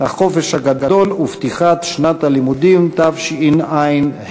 החופש הגדול ופתיחת שנת הלימודים תשע"ה.